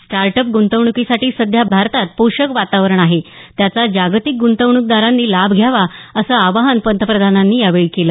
start up गुंतवणूकीसाठी सध्या भारतात पोषक वातावरण आहे त्याचा जागतिक गृंतवणूकदारांनी लाभ घ्यावा असं आवाहन पंतप्रधानांनी यावेळी केलं